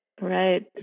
Right